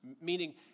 meaning